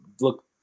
look